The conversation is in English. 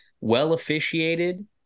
well-officiated